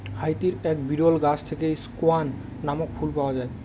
হাইতির এক বিরল গাছ থেকে স্কোয়ান নামক ফুল পাওয়া যায়